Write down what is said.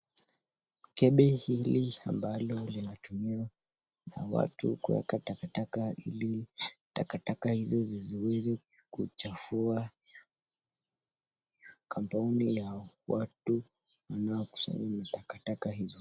Kebe hili ambalo linatumiwa na watu kuweka takataka ili takataka hizo zisiweze kuchafua compound ya watu wanaokusanya matakataka hizo.